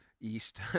east